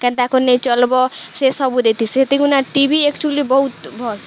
କେନ୍ତା କରି ନେଇଁ ଚଲ୍ବ ସେ ସବୁ ଦେଇଥିସି ହେଥିଗୁନେ ଟି ଭି ଏକ୍ଚୁଲି ବହୁତ୍ ଭଲ୍